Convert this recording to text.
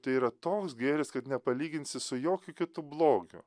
tai yra toks gėris kad nepalyginsi su jokiu kitu blogiu